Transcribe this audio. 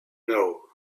know